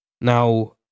Now